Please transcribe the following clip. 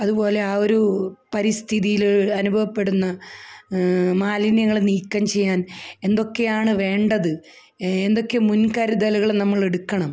അതുപോലെ ആ ഒരു പരിസ്ഥിതിയില് അനുഭവപ്പെടുന്ന മാലിന്യങ്ങള് നീക്കംചെയ്യാൻ എന്തൊക്കെയാണ് വേണ്ടത് എന്തൊക്കെ മുൻകരുതലുകള് നമ്മളെടുക്കണം